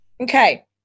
Okay